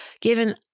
given